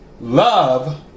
Love